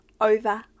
over